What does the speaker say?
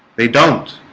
they don't